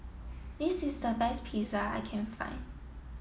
this is the best Pizza I can find